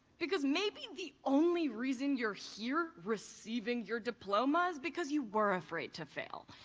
because maybe the only reason you're here receiving your diploma is because you were afraid to fail.